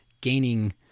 gaining